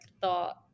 thought